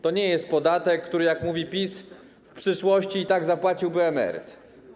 To nie jest podatek, który jak mówi PiS, w przyszłości i tak zapłaciłby emeryt.